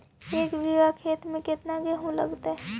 एक बिघा खेत में केतना गेहूं लगतै?